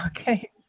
Okay